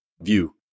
view